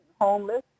homeless